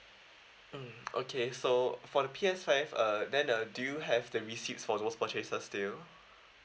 mm okay so for the P_S five uh then uh do you have the receipts for those purchases still